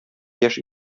яшь